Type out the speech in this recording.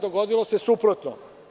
Dogodilo se suprotno.